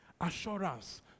assurance